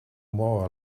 more